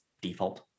default